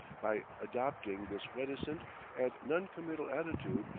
by adopting this reticent and non-committal attitude,